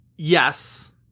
Yes